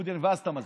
ואז אתה מסביר,